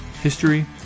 history